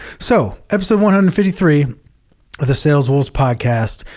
so episode one hundred three of the sales wolves podcast.